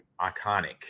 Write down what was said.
iconic